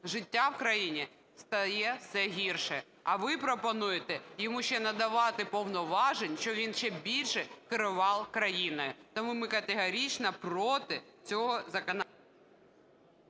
життя в країні стає все гірше. А ви пропонуєте йому ще надавати повноважень, щоб він ще більше керував країною. Тому ми категорично проти цього